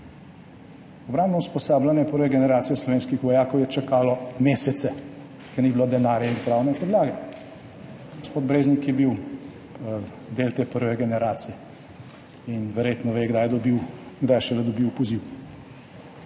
Obrambno usposabljanje prve generacije slovenskih vojakov je čakalo mesece, ker ni bilo denarja in pravne podlage. Gospod Breznik je bil del te prve generacije in verjetno ve, kdaj je šele dobil poziv.